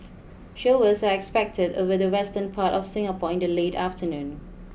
showers are expected over the western part of Singapore in the late afternoon